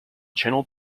channel